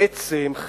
בעצם,